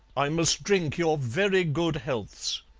i must drink your very good healths.